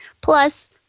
Plus